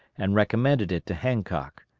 and recommended it to hancock.